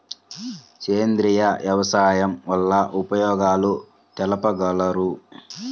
సేంద్రియ వ్యవసాయం వల్ల ఉపయోగాలు తెలుపగలరు?